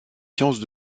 sciences